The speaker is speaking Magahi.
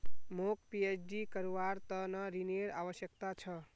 मौक पीएचडी करवार त न ऋनेर आवश्यकता छ